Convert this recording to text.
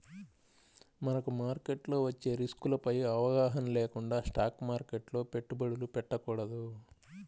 మనకు మార్కెట్లో వచ్చే రిస్కులపై అవగాహన లేకుండా స్టాక్ మార్కెట్లో పెట్టుబడులు పెట్టకూడదు